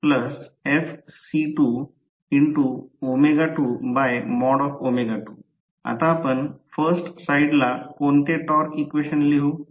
फरक म्हणजे स्थिर उपकरणाचे रूपांतर होत ते एक फिरणारे उपकरणामध्ये होते आहे